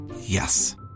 Yes